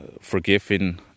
forgiving